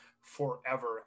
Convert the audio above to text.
forever